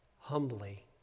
humbly